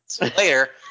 Later